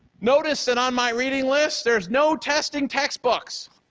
notice that on my reading list, there's no testing textbooks.